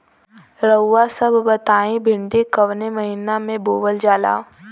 रउआ सभ बताई भिंडी कवने महीना में बोवल जाला?